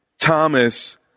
Thomas